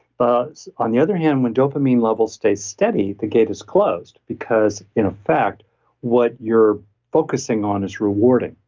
but on the other hand, when dopamine levels stay steady, the gate is closed because in effect, what you're focusing on is rewarding.